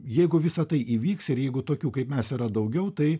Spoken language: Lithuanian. jeigu visa tai įvyks ir jeigu tokių kaip mes yra daugiau tai